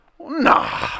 Nah